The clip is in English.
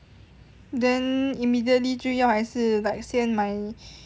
then immediately 就要还是 like 先买